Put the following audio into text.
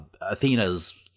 athena's